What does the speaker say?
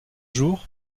jours